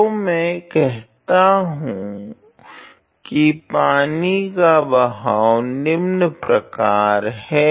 तो मैं कहता हूँ की पानी का बहाव निम्न प्रकार है